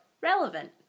relevant